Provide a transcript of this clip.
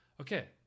Okay